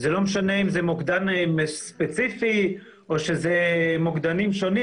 זה לא משנה אם זה מוקדן ספציפי או אם זה מוקדנים שונים.